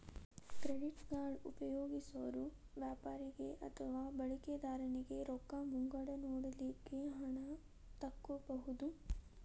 credit card ಉಪಯೊಗ್ಸೊರು ವ್ಯಾಪಾರಿಗೆ ಅಥವಾ ಬಳಕಿದಾರನಿಗೆ ರೊಕ್ಕ ಮುಂಗಡ ನೇಡಲಿಕ್ಕೆ ಹಣ ತಕ್ಕೊಬಹುದು